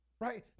right